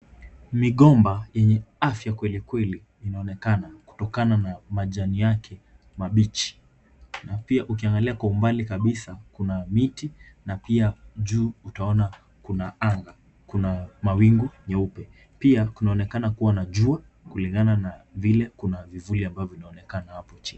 Migomba yenye afya kweli kweli inaonekana kutokana na majini yake mabichi, na pia ukiangalia kwa umbali kabisa kuna miti na juu utaona kuna anga, kuna mawingu jeupe. Pia kunaonekana kubwa na jua kulingana vile kuna kivuli hapo chini.